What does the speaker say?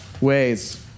ways